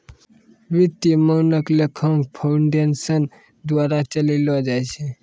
वित्तीय मानक लेखांकन फाउंडेशन द्वारा चलैलो जाय छै